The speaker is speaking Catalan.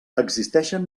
existeixen